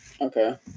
Okay